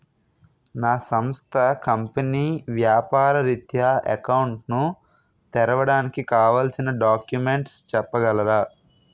నా సంస్థ కంపెనీ వ్యాపార రిత్య అకౌంట్ ను తెరవడానికి కావాల్సిన డాక్యుమెంట్స్ చెప్పగలరా?